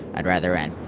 i'd rather rent.